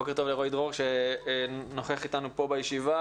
בוקר טוב לרועי דרור שנוכח איתנו פה בישיבה.